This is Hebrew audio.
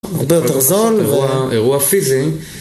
הרבה יותר זול, אירוע, אירוע פיזי